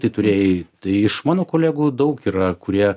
tai turėjai tai iš mano kolegų daug yra kurie